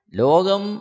logam